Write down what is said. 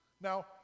Now